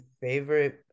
favorite –